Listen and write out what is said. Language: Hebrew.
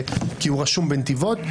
כי הוא רשום בנתיבות.